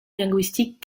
linguistique